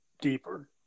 deeper